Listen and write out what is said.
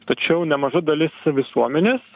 tačiau nemaža dalis visuomenės